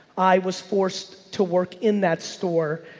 i was forced to work in that store.